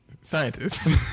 Scientists